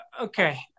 Okay